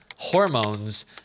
Hormones